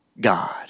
God